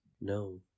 No